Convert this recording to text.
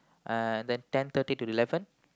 uh then ten thirty to eleven